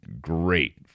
Great